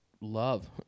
love